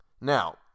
Now